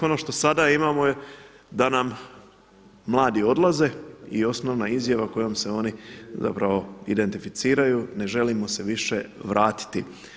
Ono što sada imamo je da nam mladi odlaze i osnovna izjava kojom se oni zapravo identificiraju, ne želimo se više vratiti.